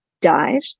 died